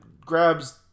grabs